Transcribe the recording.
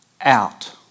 out